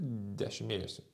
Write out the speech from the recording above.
dešimt mėnesių